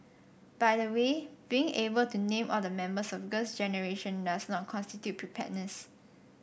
by the way being able to name all the members of Girls Generation does not constitute preparedness